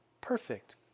perfect